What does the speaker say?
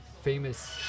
Famous